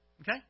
Okay